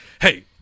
Hey